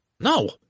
No